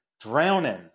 drowning